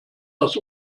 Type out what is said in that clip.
das